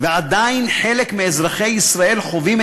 ועדיין חלק מאזרחי ישראל חווים,